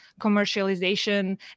commercialization